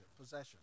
possession